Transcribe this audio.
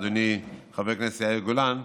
אדוני חבר הכנסת יאיר גולן,